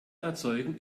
erzeugen